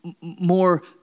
more